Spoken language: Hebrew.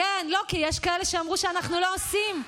לא, כי יש כאלה שאמרו שאנחנו לא עושים.